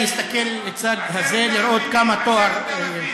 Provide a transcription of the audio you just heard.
אני אסתכל מצד הזה לראות כמה תואר,